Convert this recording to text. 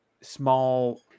small